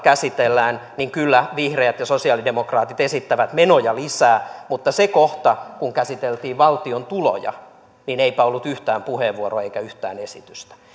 käsitellään niin kyllä vihreät ja sosialidemokraatit esittävät menoja lisää mutta siinä kohdassa kun käsiteltiin valtion tuloja niin eipä ollut yhtään puheenvuoroa eikä yhtään esitystä